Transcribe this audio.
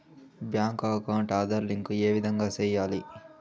Bank account Aadhaar link ఏ విధంగా సెయ్యాలి?